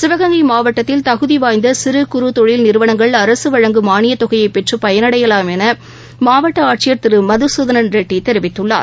சிவகங்கை மாவட்டத்தில் தகுதிவாய்ந்தசிறு குறு தொழில் நிறுவனங்கள் மானியத்தொகையைபெற்றபயனடையலாம் எனமாவட்டஆட்சியர் திருமதுசூதன்ரெட்டிதெரிவித்துள்ளார்